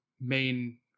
main